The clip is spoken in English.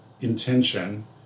intention